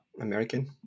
American